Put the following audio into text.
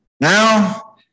Now